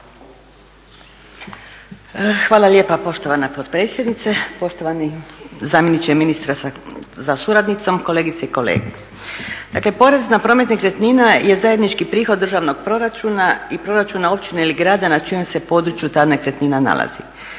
Hvala lijepa poštovana potpredsjednice. Poštovani zamjeniče ministra sa suradnicom, kolegice i kolege. Dakle porez na promet nekretnina je zajednički prihod državnog proračuna i proračuna općine ili grada na čijem se području ta nekretnina nalazi.